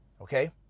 okay